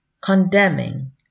condemning